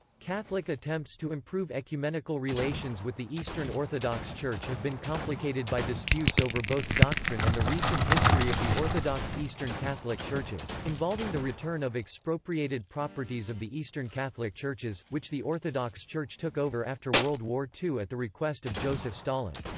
catholic attempts to improve ecumenical relations with the eastern orthodox church have been complicated by disputes disputes over both doctrine and the recent history of the orthodox eastern catholic churches, involving the return of expropriated properties of the eastern catholic churches, which the orthodox church took over after world war ii at the request of joseph stalin.